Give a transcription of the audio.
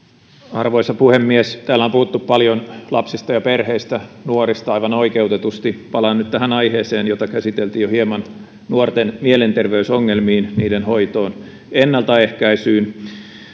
arvoisa puhemies täällä on puhuttu paljon lapsista ja perheistä nuorista aivan oikeutetusti palaan nyt tähän aiheeseen jota käsiteltiin jo hieman nuorten mielenterveysongelmiin niiden hoitoon ennaltaehkäisyyn